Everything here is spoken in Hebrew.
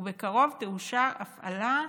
ובקרוב תאושר הפעלה.